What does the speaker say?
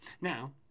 Now